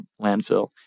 landfill